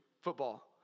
football